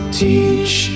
Teach